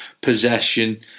possession